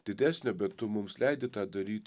didesnio bet tu mums leidi tą daryt